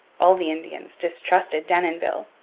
all the indians distrusted denonville,